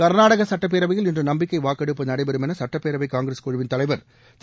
கர்நாடக சுட்டப்பேரவையில் இன்று நம்பிக்கை வாக்கெடுப்பு நடைபெறும் என சுட்டப்பேரவை காங்கிரஸ் குழுவின் தலைவர் திரு